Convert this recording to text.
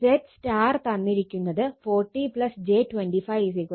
ZY തന്നിരിക്കുന്നത് 40 j 25 47